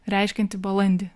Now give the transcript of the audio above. reiškianti balandį